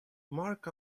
mark